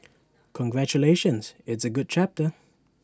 congratulations it's A good chapter